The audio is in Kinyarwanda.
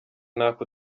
ntako